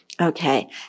Okay